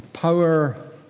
Power